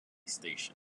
station